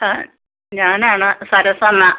ആ ഞാനാണ് സരസമ്മ